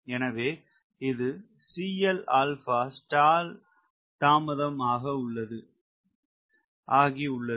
எனவே இது ஸ்டால் தாமதம் ஆயுள்ளது